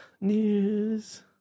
News